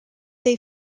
they